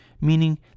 meaning